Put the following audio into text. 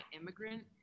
immigrant